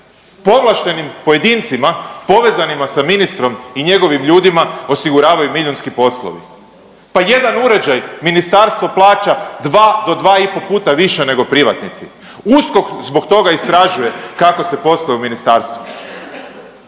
povlaštenim pojedincima povezanima sa ministrom i njegovim ljudima osiguravaju milijunski poslovi. Pa jedan uređaj Ministarstvo plaća 2 do 2,5 puta više nego privatnici. USKOK zbog toga istražuje kako se posluje u Ministarstvu.